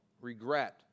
regret